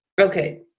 okay